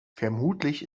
vermutlich